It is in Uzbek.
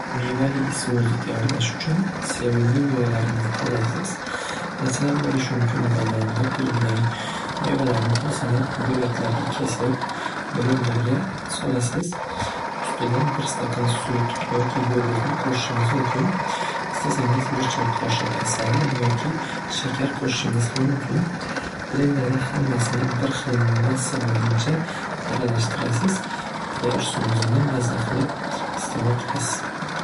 Mevali smuzi tayyorlash uchun sevimli mevangizni tanlaysiz. Masalan, bo'lishi mumkin banan, qulupnay mevalarni tozalab bo'laklarga kesib, blenderga solasiz. Ustidan bir stakan sut yoki yogurtni qo'shishingiz mumkin. Istasangiz bir choy qoshiq asal yoki shakar qo'shishingiz ham mumkin. Blenderda hammasini bir xil massa bo'lguncha aralashtirasiz. Tayyor smuzini mazza qilib iste'mol qilasiz.